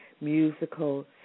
musical